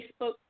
Facebook